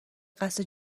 قصد